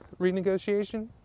renegotiation